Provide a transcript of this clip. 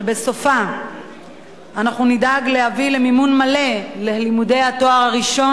שבסופה נדאג להביא למימון מלא ללימודי התואר הראשון